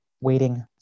waiting